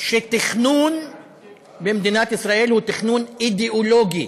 שהתכנון במדינת ישראל הוא תכנון אידיאולוגי,